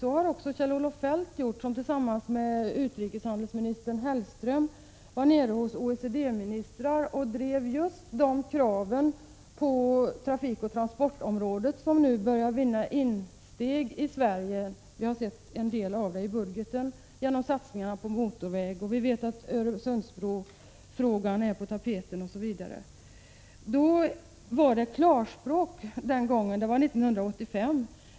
Det gjorde också Kjell-Olof Feldt när han tillsammans med dåvarande utrikeshandelsministern Hellström var nere hos OECD-ministrar och drev just de krav på trafikoch transportområdet som nu börjar vinna insteg i Sverige. Vi har sett en del av detta i budgeten genom satsningarna på motorvägar. Vidare vet vi att Öresundsbrofrågan o.d. är på tapeten. År 1985 talades det klarspråk.